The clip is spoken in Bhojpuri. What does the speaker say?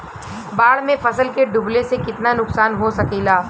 बाढ़ मे फसल के डुबले से कितना नुकसान हो सकेला?